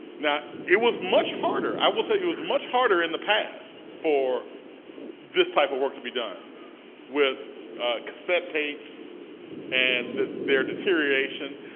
now it was much harder i will tell you it was much harder in the past for this type of work to be done with cassette tapes and their deterioration.